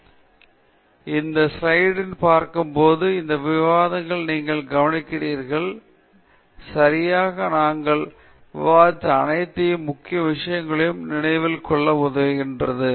எனவே இந்த ஸ்லைடில் பார்க்கும்போது இந்த விவாதத்தை நீங்கள் கவனிக்கிறீர்கள் அது சரி நாங்கள் விவாதித்த அனைத்து முக்கிய விஷயங்களையும் நினைவில் கொள்ள உதவுகிறது